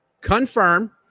Confirm